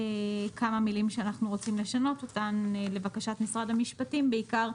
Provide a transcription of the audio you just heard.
כמה מילים שאנחנו רוצים לשנות אותן לבקשת משרד המשפטים בעיקר,